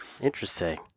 Interesting